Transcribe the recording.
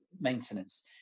maintenance